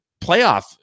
playoff